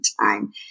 time